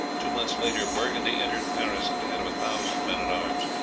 two months later, burgundy entered paris at the head of a thousand men-at-arms,